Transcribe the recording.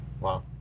wow